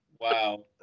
Wow